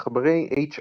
עכברי HR